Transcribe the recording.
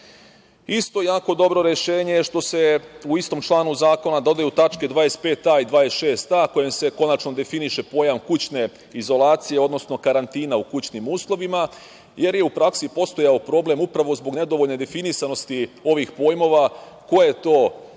jako dobro rešenje je što se u istom članu zakona dodaju tačke 25a) i 26a) kojim se konačno definiše pojam kućne izolacije, odnosno karantina u kućnim uslovima, jer je u praksi postojao problem upravo zbog nedovoljne definisanosti ovih pojmova ko je to u